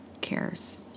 cares